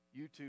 YouTube